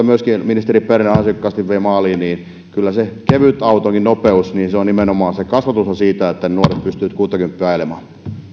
myöskin sen ministeri berner ansiokkaasti vei maaliin kyllä kevytautonkin nopeus edellyttää nimenomaan kasvatusta siihen että ne nuoret pystyvät kuuttakymppiä ajelemaan